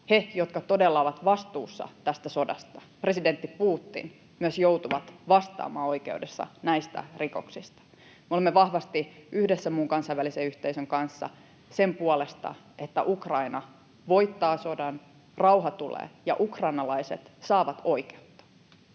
he, jotka todella ovat vastuussa tästä sodasta, presidentti Putin, myös joutuvat vastaamaan oikeudessa näistä rikoksista. Me olemme vahvasti yhdessä muun kansainvälisen yhteisön kanssa sen puolesta, että Ukraina voittaa sodan, rauha tulee ja ukrainalaiset saavat oikeutta.